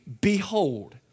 behold